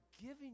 giving